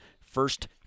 first